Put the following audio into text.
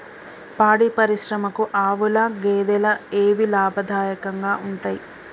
పాడి పరిశ్రమకు ఆవుల, గేదెల ఏవి లాభదాయకంగా ఉంటయ్?